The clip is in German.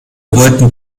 wollen